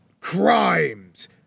crimes